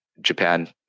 Japan